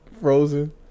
frozen